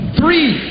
three